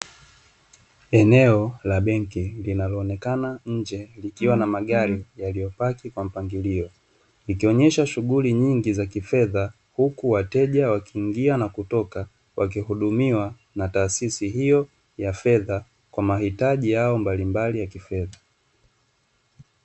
Eneo la benki linaloonekana nje likiwa na magari yaliyopaki kwa mpangilio, ikionyesha shughuli nyingi za kifedha, huku wateja wakiingia na kutoka wakihudumiwa na taasisi hiyo ya fedha kwa mahitaji yao mbalimbali ya kifedha.